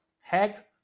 hack